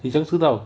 你怎样知道